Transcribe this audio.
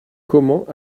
comment